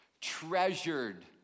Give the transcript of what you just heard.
treasured